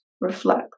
reflect